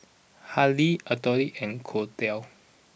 Hadley autoli and